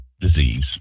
disease